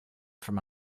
from